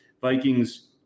Vikings